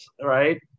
right